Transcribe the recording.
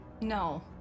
No